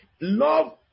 Love